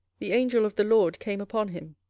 the angel of the lord came upon him,